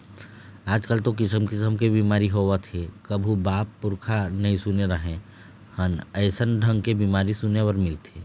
आजकल तो किसम किसम के बेमारी होवत हे कभू बाप पुरूखा नई सुने रहें हन अइसन ढंग के बीमारी सुने बर मिलथे